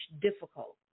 difficult